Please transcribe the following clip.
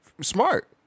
Smart